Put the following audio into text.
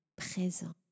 présent